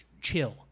chill